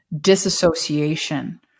disassociation